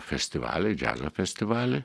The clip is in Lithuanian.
festivalį džiazo festivalį